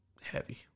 heavy